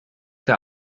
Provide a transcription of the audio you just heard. herr